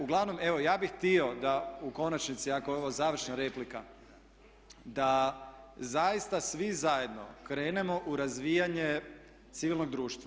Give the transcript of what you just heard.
Uglavnom evo ja bih htio da u konačnici ako je ovo završna replika da zaista svi zajedno krenemo u razvijanje civilnog društva.